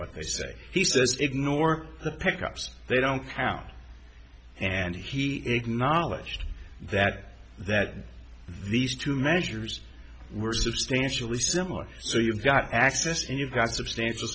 what they say he says ignore the pickups they don't count and he acknowledged that that these two measures were substantially similar so you've got access and you've got substantial